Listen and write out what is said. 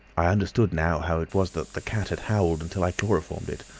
i understood now how it was the the cat had howled until i chloroformed it.